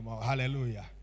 Hallelujah